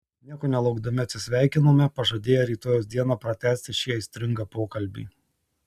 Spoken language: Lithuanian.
nieko nelaukdami atsisveikinome pažadėję rytojaus dieną pratęsti šį aistringą pokalbį